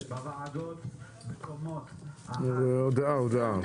אני חושב שאם ההסתדרות רוצה לסייע לנו להוריד את